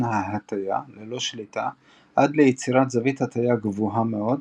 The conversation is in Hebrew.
ההטייה ללא שליטה עד ליצירת זווית הטיה גבוהה מאוד,